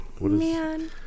Man